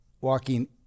walking